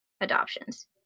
adoptions